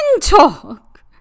talk